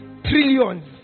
trillions